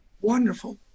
wonderful